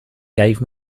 gave